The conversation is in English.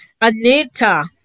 Anita